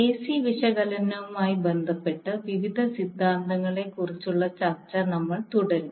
AC വിശകലനവുമായി ബന്ധപ്പെട്ട് വിവിധ സിദ്ധാന്തങ്ങളെക്കുറിച്ചുള്ള ചർച്ച നമ്മൾ തുടരും